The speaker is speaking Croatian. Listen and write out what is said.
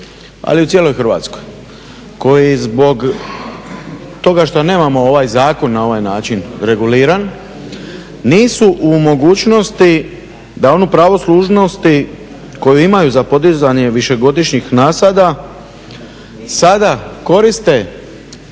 ali i u cijeloj Hrvatskoj koji zbog toga što nemamo ovaj zakon na ovaj način reguliran nisu u mogućnosti da onu pravo služnosti koju imaju za podizanje višegodišnjih nasada sada koriste